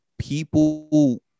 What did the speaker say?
People